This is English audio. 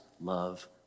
love